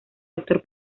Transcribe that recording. actor